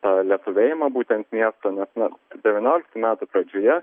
tą lietuvėjimą būtent miesto nes na devynioliktų metų pradžioje